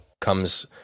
comes